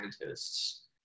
scientists